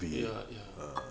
ya ya